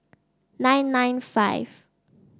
nine nine five